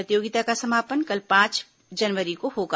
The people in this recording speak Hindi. प्रतियोगिता का समापन कल पांच जनवरी को होगा